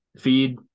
feed